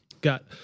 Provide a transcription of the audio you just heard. Got